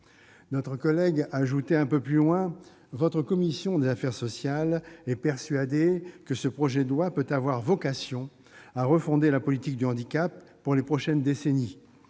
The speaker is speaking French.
Notre collègue ajoutait un peu plus loin :« Votre commission des affaires sociales est persuadée que ce projet de loi peut avoir vocation à refonder la politique du handicap pour les prochaines décennies.